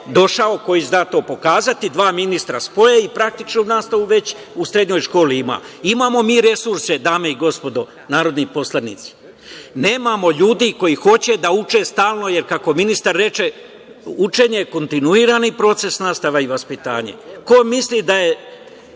došao, koji zna to pokazati, dva ministra spoje i praktičnu nastavu već u srednjoj školi imamo. Imamo mi resurse, dame i gospodo narodni poslanici, nemamo ljudi koji hoće da uče stalno, jer, kako ministar reče, učenje je kontinuirani proces, nastava i vaspitanje. Ko misli da je